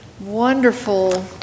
wonderful